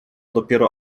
dopiero